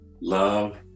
love